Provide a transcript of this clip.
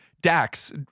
Dax